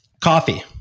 Coffee